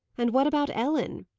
and what about ellen?